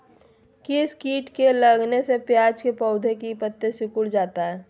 किस किट के लगने से प्याज के पौधे के पत्ते सिकुड़ जाता है?